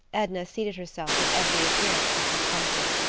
edna seated herself with every appearance of discomfort.